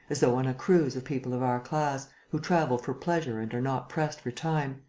as though on a cruise of people of our class, who travel for pleasure and are not pressed for time.